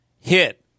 hit